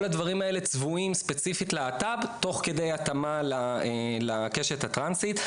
כל הדברים האלה צבועים ספציפית ללהט"ב תוך כדי התאמה לקשת הטרנסית.